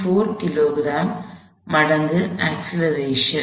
4 kilogram மடங்கு acceleration